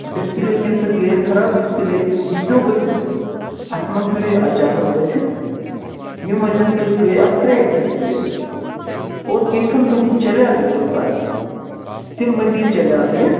display کمہِ سۭتۍ گٔیَس خراب ڈِسپٕلے یہِ پیٚو ؤسِتھ اَتھٕ منٛز پیٚو یہِ اچانَک ؤسِتھ ییٚمہِ وجہہ سٍتۍ گٔے اَتھ کرٛیک ڈِسپٕلے اور کیٚنٛژھَن دۄہَن چَلے یِاو یہِ تَمہِ پَتہٕ تَمہِ مزیٖد چَلے یِاو نہٕ یہِ